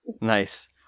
Nice